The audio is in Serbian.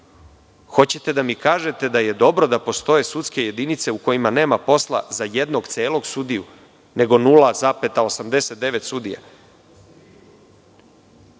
Hoćete da mi kažete da je dobro da postoje sudske jedinice u kojima nema posla za jednog celog sudiju, nego 0,89